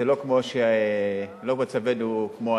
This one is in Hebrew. זה לא כמו מצבנו היום,